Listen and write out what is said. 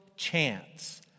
chance